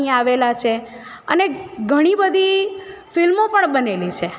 ઘણા બધા કલાકારો અહીં આવેલા છે અને ઘણી બધી ફિલ્મો પણ બનેલી છે